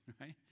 right